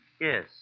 Yes